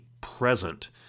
present